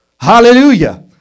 Hallelujah